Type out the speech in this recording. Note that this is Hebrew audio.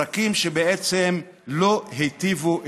פרקים שבעצם לא היטיבו איתכם.